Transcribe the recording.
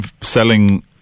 selling